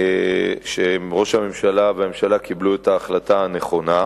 שראש הממשלה והממשלה קיבלו את ההחלטה הנכונה,